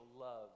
love